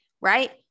right